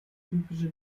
typische